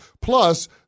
Plus